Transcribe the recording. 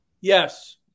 Yes